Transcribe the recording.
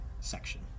section